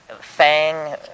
fang